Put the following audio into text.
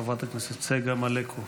חברת הכנסת צגה מלקו,